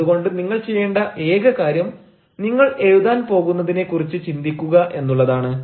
അതുകൊണ്ട് നിങ്ങൾ ചെയ്യേണ്ട ഏക കാര്യം നിങ്ങൾ എഴുതാൻ പോകുന്നതിനെക്കുറിച്ച് ചിന്തിക്കുക എന്നുള്ളതാണ്